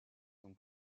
son